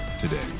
today